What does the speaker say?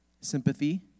sympathy